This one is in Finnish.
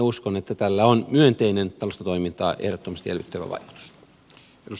uskon että tällä on myönteinen taustatoimintaa ehdottomasti elvyttävä vaikutus